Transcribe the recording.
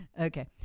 Okay